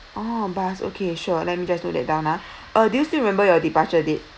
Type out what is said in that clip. oh bus okay sure let me just note that down ah uh do you still remember your departure date